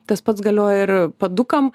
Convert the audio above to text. tas pats galioja ir padukam